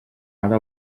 ara